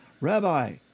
Rabbi